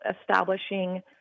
establishing